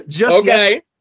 Okay